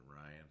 Ryan